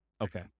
Okay